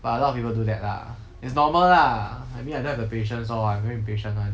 but a lot of people do that lah it's normal lah I mean I don't have the patience lor I very impatient one